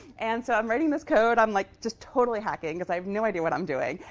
and so i'm writing this code. i'm like just totally hacking, because i have no idea what i'm doing,